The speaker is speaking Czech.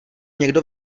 někdo